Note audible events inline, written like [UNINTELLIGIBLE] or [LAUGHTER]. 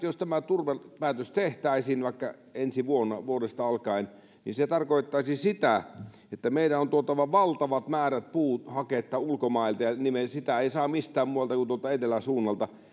[UNINTELLIGIBLE] jos tämä turvepäätös tehtäisiin vaikka ensi vuodesta alkaen niin se tarkoittaisi sitä että meidän on tuotava valtavat määrät puuhaketta ulkomailta ja sitä ei saa mistään muualta kuin tuolta etelän suunnalta